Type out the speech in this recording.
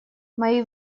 мои